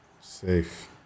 Safe